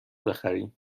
بخریم